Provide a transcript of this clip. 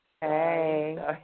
Hey